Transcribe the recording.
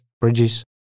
bridges